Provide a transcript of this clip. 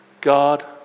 God